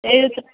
ഏത്